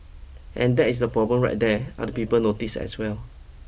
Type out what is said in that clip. and that is the problem right there other people noticed as well